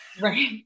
Right